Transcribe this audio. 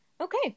Okay